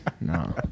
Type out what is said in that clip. no